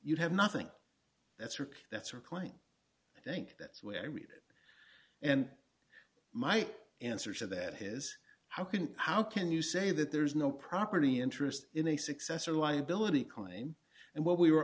you have nothing that's work that's work like i think that's where i read it and my answer to that his how can how can you say that there is no property interest in a successor liability claim and what we were